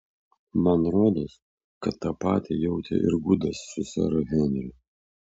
man rodos kad tą pat jautė ir gudas su seru henriu